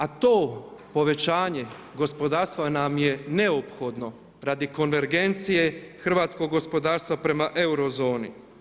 A to povećanje gospodarstva nam je neophodno radi konvergencije hrvatskog gospodarstva prema euro zoni.